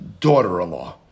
daughter-in-law